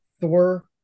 Thor